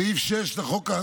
סעיף 6 לחוק